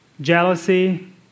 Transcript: Jealousy